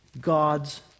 God's